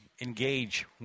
engage